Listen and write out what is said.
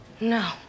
No